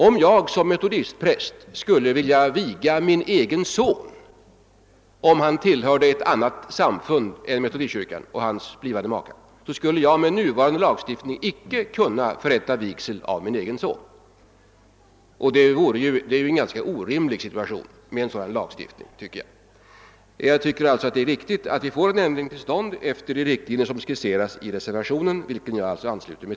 Om jag som metodistpräst skulle vilja viga min egen son, om han tillhörde ett annat samfund än metodistkyrkan, och hans blivande maka, skulle jag med nuvarande lagstiftning icke kunna förrätta vigseln av min egen son. Det är en ganska orimlig situation som en sådan lagstiftning leder till. Det är viktigt att vi får en ändring till stånd efter de riktlinjer som skisserats i reservationen, till vilken jag ansluter mig.